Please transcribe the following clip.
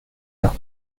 los